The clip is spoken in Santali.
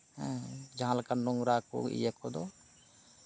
ᱦᱮᱸ ᱡᱟᱦᱟᱸ ᱞᱮᱠᱟᱱ ᱱᱳᱝᱨᱟ ᱠᱚ ᱤᱭᱟᱹ ᱠᱚᱫᱚ